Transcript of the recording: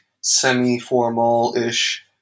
semi-formal-ish